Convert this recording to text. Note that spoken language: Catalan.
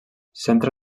centra